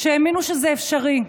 שהאמינו שזה אפשרי,